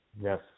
Yes